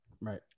Right